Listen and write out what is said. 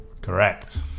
Correct